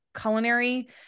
culinary